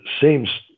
seems